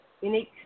unique